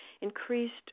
increased